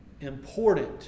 important